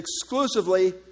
exclusively